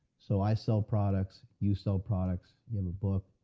so i sell products, you sell products, you have a book